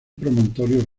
promontorio